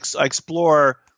explore